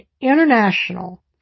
international